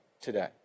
today